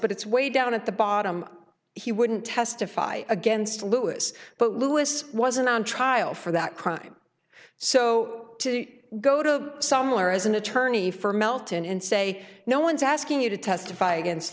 but it's way down at the bottom he wouldn't testify against lewis but lewis wasn't on trial for that crime so to go to some lawyer as an attorney for melton and say no one's asking you to testify against